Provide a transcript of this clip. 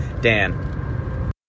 Dan